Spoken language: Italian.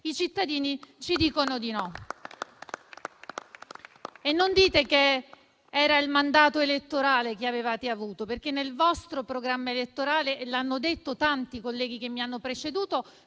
non lo sono. E non dite che era il mandato elettorale che avevate avuto, perché nel vostro programma elettorale, come hanno detto tanti colleghi che mi hanno preceduto,